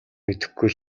мэдэхгүй